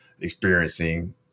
experiencing